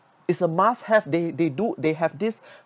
it's a must have they they do they have this